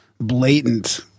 blatant